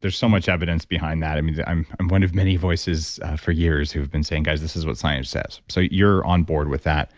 there's so much evidence behind that. i mean, i'm i'm one of many voices for years who've been saying, guys, this is what science says. so you're on board with that